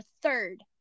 third